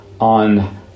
on